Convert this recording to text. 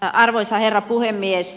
arvoisa herra puhemies